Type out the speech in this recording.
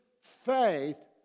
faith